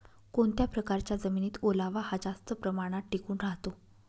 कोणत्या प्रकारच्या जमिनीत ओलावा हा जास्त प्रमाणात टिकून राहतो?